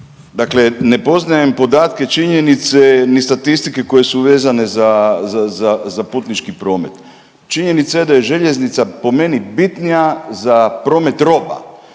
Dakle ne poznajem podatke, činjenice ni statistike koje su vezane za putnički promet. Činjenica je da je željeznica po meni bitnija za promet roba,